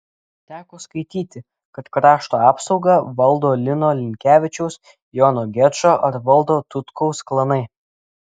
teko skaityti kad krašto apsaugą valdo lino linkevičiaus jono gečo ar valdo tutkaus klanai